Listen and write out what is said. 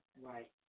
Right